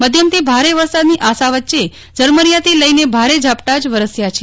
મધ્યમથી ભારે વરસાદની આશ વચ્ચે ઝરમરીયાથી લઈને ભારે ઝાપટા જ વરસ્યા છે